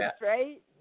right